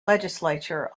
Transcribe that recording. legislature